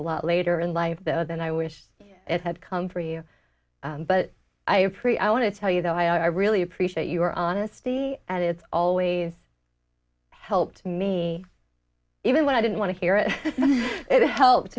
lot later in life though than i wish it had come for you but i appreciate you want to tell you though i i really appreciate your honesty and it's always helped me even when i didn't want to hear it it help